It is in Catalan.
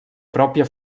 pròpia